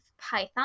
python